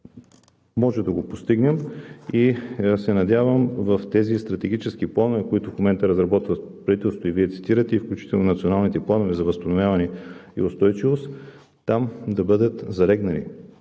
Можем да го постигнем и се надявам в тези стратегически планове, които в момента разработва правителството и Вие цитирате, включително и в националните планове за възстановяване и устойчивост, да залегнат